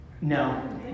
No